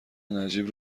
نجیب